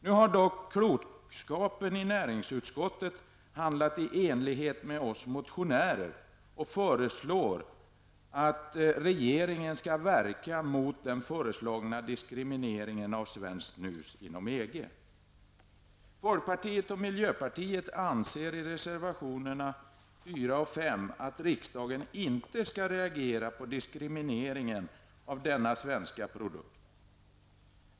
Nu har dock klokskapen i näringsutskottet handlat i enlighet med oss motionärer, och utskottet föreslår att regeringen skall verka mot den föreslagna diskrimineringen av svenskt snus inom 4 och 5 att riksdagen inte skall reagera på diskrimineringen av denna svenska produkt.